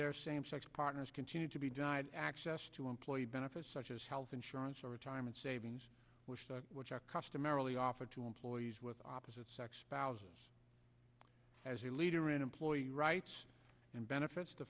their same sex partners continue to be denied access to employee benefits such as health insurance or retirement savings which are customarily offered to employees with opposite sex spouses as a leader in employee rights and benefits the